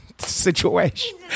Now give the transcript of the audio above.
situation